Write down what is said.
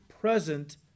present